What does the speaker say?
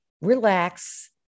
relax